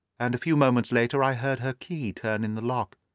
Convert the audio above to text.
and a few moments later i heard her key turn in the lock.